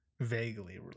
Vaguely